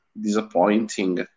disappointing